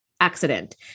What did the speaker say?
accident